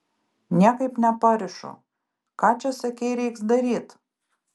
niekaip neparišu ką čia sakei reiks daryt